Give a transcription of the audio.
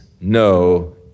no